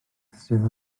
sydd